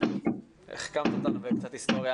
החכמת אותנו בקצת היסטוריה,